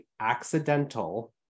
accidental